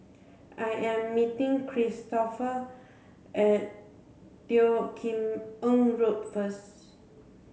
I am meeting Kristoffer at Teo Kim Eng Road first